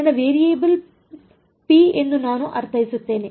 ನನ್ನ ವೇರಿಯಬಲ್ ⍴ ಎಂದು ನಾನು ಅರ್ಥೈಸುತ್ತೇನೆ